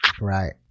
Right